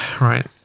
right